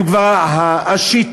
הם כבר השיטות,